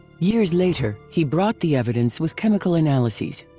years later, he brought the evidence with chemical analyzes.